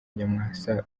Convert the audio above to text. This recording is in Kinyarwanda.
nyamwasa